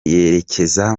yerekeza